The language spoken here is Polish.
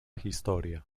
historia